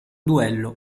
duello